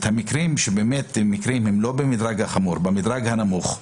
המקרים שהם לא במדרג החמור אלא במדרג הנמוך,